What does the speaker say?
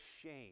shame